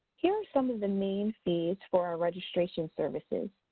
here are some of the main fees for our registration services.